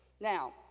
Now